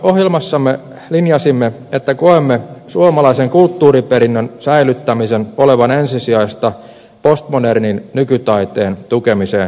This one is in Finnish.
ohjelmassamme linjasimme että koemme suomalaisen kulttuuriperinnön säilyttämisen olevan ensisijaista postmodernin nykytaiteen tukemiseen verrattuna